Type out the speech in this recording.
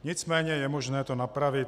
Nicméně je možné to napravit.